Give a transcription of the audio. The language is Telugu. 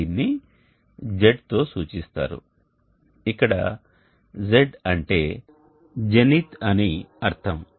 దీనిని Z తో సూచిస్తారు ఇక్కడ Z అంటే అని జెనిత్ అని అర్థం